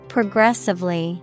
Progressively